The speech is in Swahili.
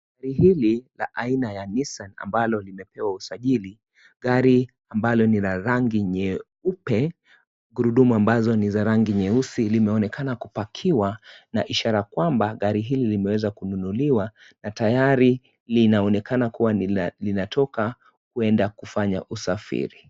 Gari hili la aina ya Nissan ambalo limepewa usajili. Gari Ambalo ni la rangi nyeupe, gurudumu mbazo ni za rangi nyeusi limeonekana kupakiwa na ishara kwamba, gari hili limeweza kununuliwa na tayari linaonekana kuwa linatoka kuenda kufanya usafiri.